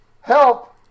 help